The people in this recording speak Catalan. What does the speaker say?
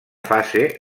fase